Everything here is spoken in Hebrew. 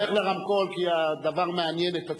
לך לרמקול, לך לרמקול, כי הדבר מעניין את הציבור,